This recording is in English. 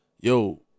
Yo